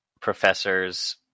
professors